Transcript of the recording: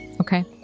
Okay